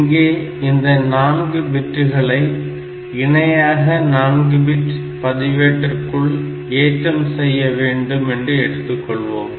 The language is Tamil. இங்கே இந்த 4 பிட்களை இணையாக 4 பிட் பதிவேட்டிற்குள் ஏற்றம் செய்ய வேண்டும் என்று எடுத்துக்கொள்வோம்